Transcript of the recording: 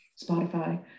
spotify